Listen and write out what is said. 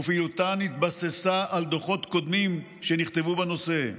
ופעילותן התבססה על דוחות קודמים שנכתבו בנושא.